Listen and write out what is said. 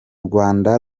rwanda